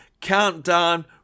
Countdown